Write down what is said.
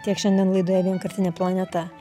tiek šiandien laidoje vienkartinė planeta